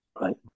right